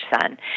son